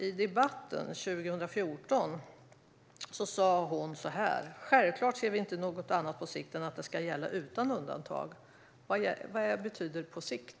I debatten 2014 sa hon så här: Självklart ser vi inte något annat på sikt än att det ska gälla utan undantag. Vad betyder "på sikt"?